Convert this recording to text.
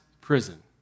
prison